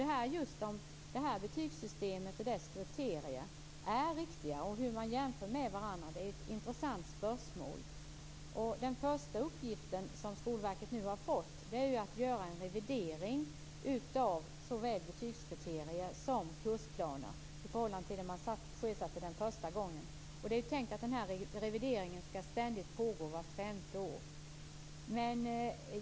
Det här med betygssystemet och dess kriterier är viktigt, och hur man jämför betyg med varandra är ett intressant spörsmål. Den första uppgift som Skolverket nu har fått är att göra en revidering av såväl betygskriterier som kursplaner i förhållande till när man sjösatte detta första gången. Det är tänkt att denna revidering skall pågå ständigt, dvs. ske vart femte år.